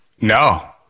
No